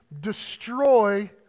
destroy